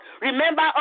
Remember